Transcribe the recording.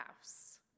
house